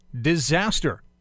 disaster